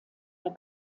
der